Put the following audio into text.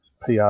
PR